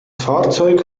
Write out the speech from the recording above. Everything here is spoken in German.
fahrzeug